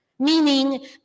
meaning